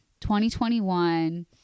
2021